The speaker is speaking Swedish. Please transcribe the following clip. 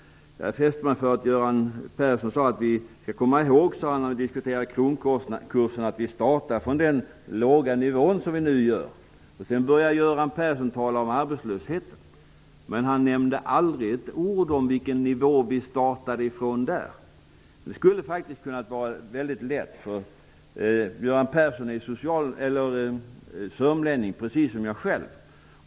Jag fäste mig vid att Göran Persson sade att man när man diskuterar kronkursen skall komma ihåg att vi startar från den låga nivå som vi nu gör. Sedan började Göran Persson tala om arbetslösheten, men han nämnde aldrig ett ord om vilken nivå regeringen startade ifrån där. Det skulle ha varit väldigt lätt. Göran Persson är sörmlänning, precis som jag själv.